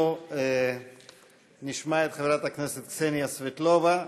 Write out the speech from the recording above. אנחנו נשמע את חברת הכנסת קסניה סבטלובה,